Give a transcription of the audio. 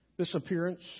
Disappearance